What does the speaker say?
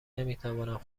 نمیتوانند